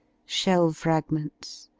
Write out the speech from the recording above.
shell fragments,